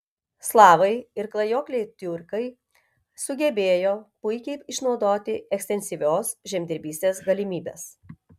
slavai ir klajokliai tiurkai sugebėjo puikiai išnaudoti ekstensyvios žemdirbystės galimybes